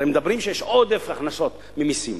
הרי אומרים שיש עודף הכנסות ממסים.